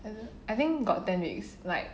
I think got ten weeks like